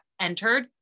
entered